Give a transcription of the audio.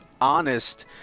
honest